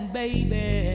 baby